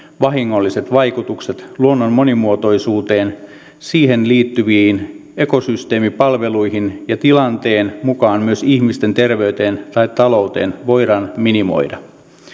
vahingolliset vaikutukset luonnon monimuotoisuuteen siihen liittyviin ekosysteemipalveluihin ja tilanteen mukaan myös ihmisten terveyteen tai talouteen voidaan minimoida